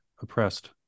oppressed